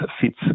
fits